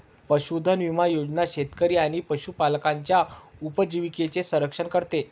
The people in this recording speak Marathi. पशुधन विमा योजना शेतकरी आणि पशुपालकांच्या उपजीविकेचे संरक्षण करते